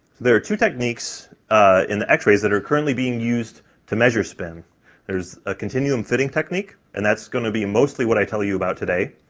there are two techniques in the x-rays that are currently being used to measure spin there's a continuum fitting technique, and that's going to be mostly what i tell you about today,